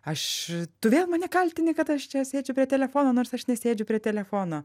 aš tu vėl mane kaltini kad aš čia sėdžiu prie telefono nors aš nesėdžiu prie telefono